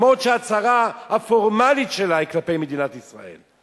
אף שההצהרה הפורמלית שלה היא כלפי מדינת ישראל.